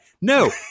No